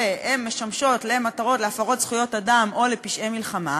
משמש להפרות זכויות אדם או לפשעי מלחמה,